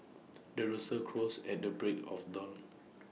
the rooster crows at the break of dawn